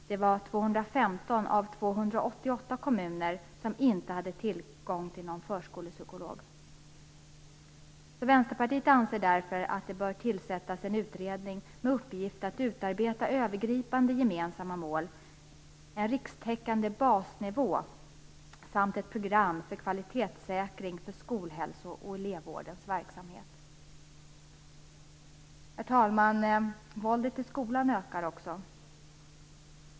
Det var 215 av 288 kommuner som inte hade tillgång till någon förskolepsykolog. Vänsterpartiet anser därför att det bör tillsättas en utredning med uppgift att utarbeta övergripande gemensamma mål, en rikstäckande basnivå samt ett program för kvalitetssäkring för skolhälso och elevvårdens verksamhet. Herr talman! Våldet i skolan ökar också.